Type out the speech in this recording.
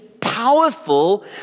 powerful